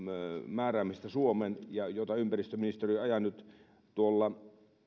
määräämisestä suomeen niin kun ympäristöministeriö ajaa nyt tuolla